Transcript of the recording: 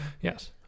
yes